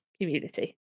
community